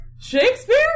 Shakespeare